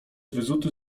wyzuty